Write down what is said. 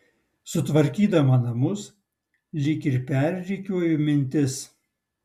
sutvarkydama namus lyg ir perrikiuoju mintis